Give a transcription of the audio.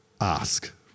ask